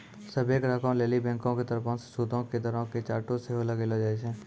सभ्भे ग्राहको लेली बैंको के तरफो से सूदो के दरो के चार्ट सेहो लगैलो जाय छै